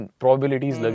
probabilities